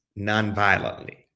nonviolently